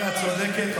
לא נכון.